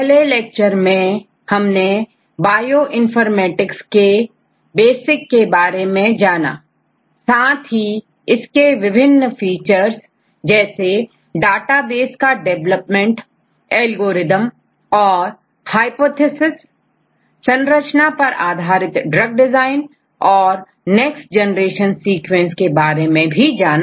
पहले लेक्चर में हमने बायोइनफॉर्मेटिक्स के बेसिक के बारे में जाना साथ ही इसके विभिन्न फीचर्स जैसे डाटाबेस का डेवलपमेंट एल्गोरिदम और हाइपोथेसिस संरचना पर आधारित ड्रग डिजाइन और नेक्स्ट जनरेशन सीक्वेंसिंग के बारे में जाना